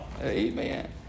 Amen